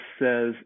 says